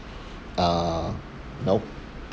uh you know